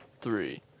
three